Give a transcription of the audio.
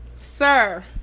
Sir